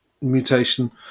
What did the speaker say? mutation